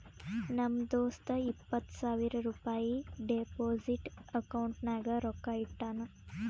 ನಮ್ ದೋಸ್ತ ಇಪ್ಪತ್ ಸಾವಿರ ರುಪಾಯಿ ಡೆಪೋಸಿಟ್ ಅಕೌಂಟ್ನಾಗ್ ರೊಕ್ಕಾ ಇಟ್ಟಾನ್